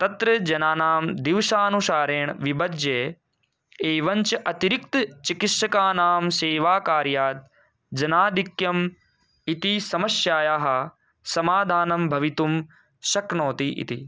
तत्र जनानां दिवसानुसारेण विभज्य एवञ्च अतिरिक्तचिकित्सकानां सेवाकार्यात् जनाधिक्यम् इति समस्यायाः समाधानं भवितुं शक्नोति इति